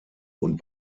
und